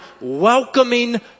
welcoming